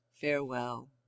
farewell